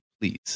Please